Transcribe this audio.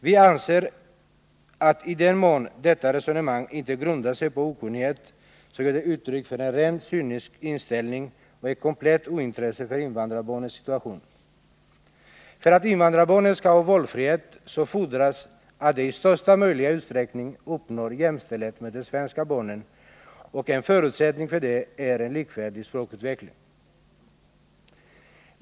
Vi anser att i den mån detta resonemang inte grundar sig på okunnighet, så ger det uttryck för en rent cynisk inställning och ett komplett ointresse för invandrarbarnens situation. För att invandrarbarnen skall ha valfrihet fordras att de i största möjliga utsträckning uppnår jämställdhet med de svenska barnen, och en förutsättning för det är en likvärdig språkutveckling.